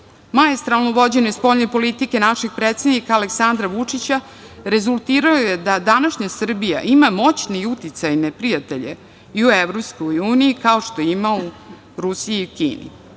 prijave. Maestralno vođenje spoljne politike našeg predsednika Aleksandra Vučića rezultiralo je da današnja Srbija ima moćne i uticajne prijatelje i u EU, kao što ima u Rusiji i Kini.